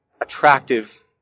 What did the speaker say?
attractive